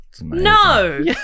No